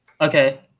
Okay